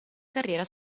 carriera